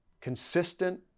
consistent